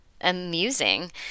amusing